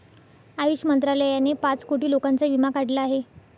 आयुष मंत्रालयाने पाच कोटी लोकांचा विमा काढला आहे